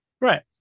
Right